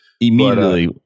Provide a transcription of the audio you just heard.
immediately